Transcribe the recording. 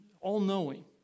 all-knowing